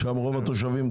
לאור כל הדברים שנאמרו פה,